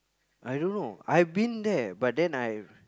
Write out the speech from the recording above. I don't know I've been there but then I